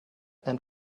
and